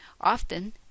Often